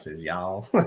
y'all